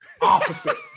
Opposite